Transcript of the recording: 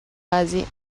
rasée